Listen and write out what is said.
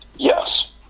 Yes